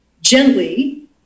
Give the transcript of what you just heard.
gently